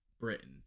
britain